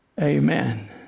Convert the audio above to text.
Amen